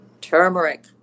Turmeric